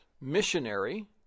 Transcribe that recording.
missionary